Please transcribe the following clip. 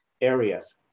areas